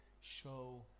show